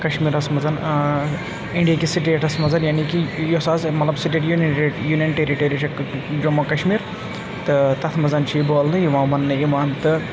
کَشمیٖرَس منٛز اِنڈییٖکِس سٹیٹَس منٛز یعنی کہِ یۄس حظ مطلب سٹیٹ یوٗنِٹِڈ یوٗنِیَن ٹیرِٹٔری چھِ جموں کَشمیٖر تہٕ تَتھ منٛز چھِ یہِ بولنہٕ یِوان وَننہٕ یِوان تہٕ